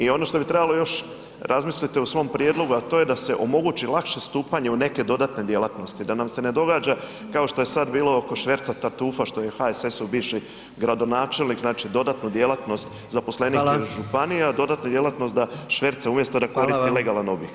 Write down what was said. I ono što bi trebalo još razmisliti u svom prijedlogu, a to je da se omogući lakše stupanje u neke dodatne djelatnosti, da nam se ne događa kao što je sad bilo oko šverca tartufa, što je HSS-ov bivši gradonačelnik znači dodatnu djelatnost zaposlenik [[Upadica predsjednik: Hvala.]] ili županija, dodatno djelatnost da šverca umjesto da koristi [[Upadica predsjednik: Hvala vam.]] legalan objekt.